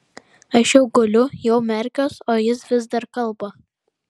aš jau guliu jau merkiuos o jis vis dar kalba